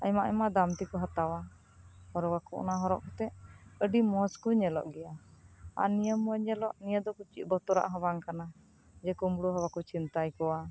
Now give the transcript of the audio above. ᱟᱭᱢᱟ ᱟᱭᱢᱟ ᱫᱟᱢ ᱛᱮᱠᱚ ᱦᱟᱛᱟᱭᱟ ᱦᱚᱨᱚᱜᱟᱠᱚ ᱚᱱᱟ ᱦᱚᱨᱚᱜ ᱠᱟᱛᱮ ᱟᱹᱰᱤ ᱢᱚᱸᱡᱽ ᱠᱚ ᱧᱮᱞᱚᱜ ᱜᱮᱭᱟ ᱟᱨ ᱱᱤᱭᱟᱹ ᱢᱚᱸᱡᱽ ᱧᱮᱞᱚᱜ ᱱᱤᱭᱟᱹ ᱫᱚ ᱪᱮᱫ ᱵᱚᱛᱚᱨᱟᱜ ᱦᱚᱸ ᱵᱟᱝ ᱠᱟᱱᱟ ᱡᱮ ᱠᱳᱸᱵᱽᱲᱳ ᱦᱚᱸ ᱵᱟᱠᱚ ᱪᱷᱤᱱᱛᱟ ᱟᱠᱚᱣᱟ